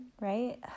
right